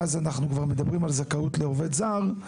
שאז אנחנו כבר מדברים על זכאות לעובד זר,